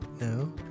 no